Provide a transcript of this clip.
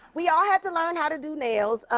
we all had to learn how to do nails.